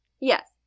Yes